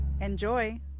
enjoy